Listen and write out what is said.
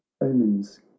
omens